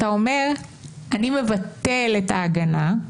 אתה אומר: אני מבטל את ההגנה,